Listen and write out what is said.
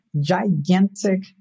gigantic